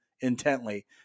intently